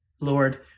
Lord